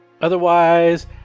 Otherwise